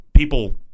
People